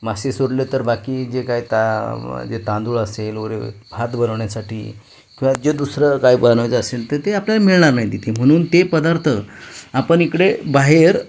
मासे सोडले तर बाकी जे काय ता जे ता जे तांदूळ असेल वगैरे भात बनवण्यासाठी किंवा जे दुसरं काय बनवायचं असेल तर ते आपल्याला मिळणार नाही तिथे म्हणून ते पदार्थ आपण इकडे बाहेर